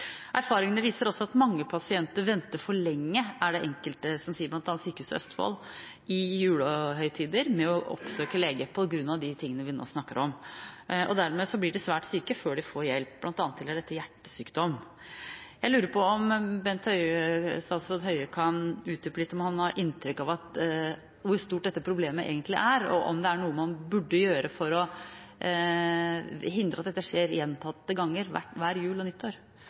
Erfaringene viser også at mange pasienter venter for lenge, er det enkelte som sier, bl.a. Sykehuset Østfold, i julehøytiden med å oppsøke lege på grunn av de tingene vi nå snakker om, og dermed blir de svært syke før de får hjelp, bl.a. gjelder dette hjertesykdom. Jeg lurer på om statsråd Høie kan utdype litt om han har noe inntrykk av hvor stort dette problemet egentlig er, og om det er noe man burde gjøre for å hindre at dette skjer gjentatte ganger hver jul og nyttår.